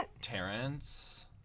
Terrence